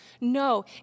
No